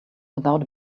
without